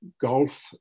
Golf